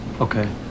Okay